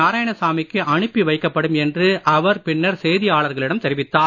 நாராயணசாமிக்கு அனுப்பி வைக்கப்படும் என்று அவர் பின்னர் செய்தியாளர்களிம் தெரிவித்தார்